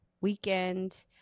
weekend